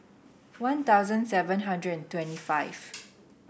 One Thousand seven hundred and twenty five